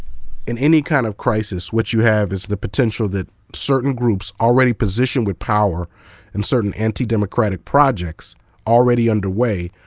in any kind of crisis, what you have is the potential that certain groups, already positioned with power and certain anti-democratic projects already underway,